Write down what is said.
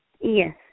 Yes